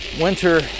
winter